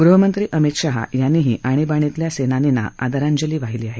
गृहमंत्री अमित शहा यांनीही आणिबाणीतल्या सेनानींना आदरांजली वाहिली आहे